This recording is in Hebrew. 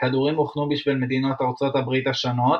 וכדורים הוכנו בשביל מדינות ארצות הברית השונות,